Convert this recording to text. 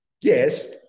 yes